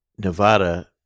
Nevada